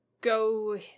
go